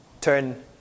turn